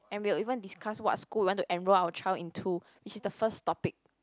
and we'll even discuss what school we want to enroll our child into which is the first topic